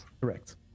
Correct